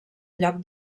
lloc